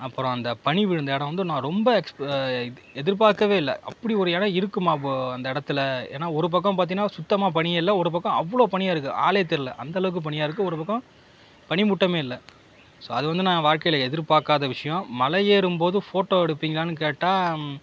அப்புறம் அந்த பனி விழுந்த இடம் வந்து நான் ரொம்ப எக்ஸ் நான் எதிர்பார்க்கவே இல்லை அப்படி ஒரு இடம் இருக்குமா வோ அந்த இடத்துல ஏன்னால் ஒரு பக்கம் பார்த்தீங்கன்னா சுத்தமாக பனியே இல்லை ஒரு பக்கம் அவ்வளோ பனியாக இருக்குது ஆளே தெரியல அந்த அளவுக்கு பனியாக இருக்குது ஒரு பக்கம் பனிமூட்டமே இல்லை ஸோ அது வந்து நான் வாழ்க்கையில் எதிர்பார்க்காத விஷயம் மலை ஏறும்போது ஃபோட்டோ எடுப்பீங்களானு கேட்டால்